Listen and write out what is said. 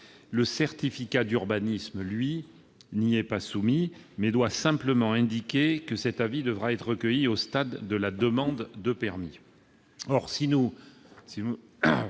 Le certificat d'urbanisme, lui, n'y est pas soumis ; il doit simplement indiquer que cet avis devra être recueilli au stade de la demande de permis.